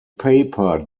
paper